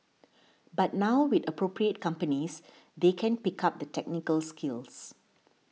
but now with appropriate companies they can pick up the technical skills